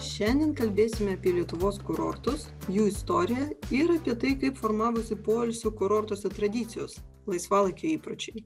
šiandien kalbėsime apie lietuvos kurortus jų istoriją ir apie tai kaip formavosi poilsio kurortuose tradicijos laisvalaikio įpročiai